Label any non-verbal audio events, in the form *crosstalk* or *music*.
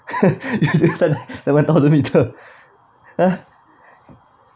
*laughs* seven thousand metres !huh!